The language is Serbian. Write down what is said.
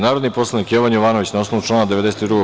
Narodni poslanik Jovan Jovanović, na osnovu člana 92.